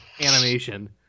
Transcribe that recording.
animation